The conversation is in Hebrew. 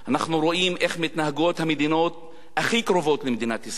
אנחנו רואים איך מתנהגות המדינות הכי קרובות למדינת ישראל.